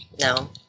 no